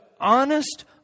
honest